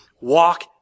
Walk